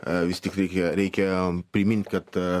a vis tik reikia reikia primint kad a